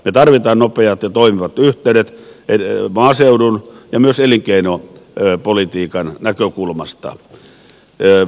me tarvitsemme nopeat ja toimivat yhteydet maaseudun ja myös elinkeinopolitiikan näkökulmasta